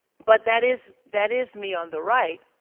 but that is, that is me on the right.